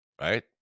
Right